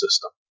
system